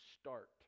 start